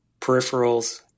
peripherals